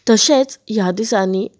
तशेंच ह्या दिसांनी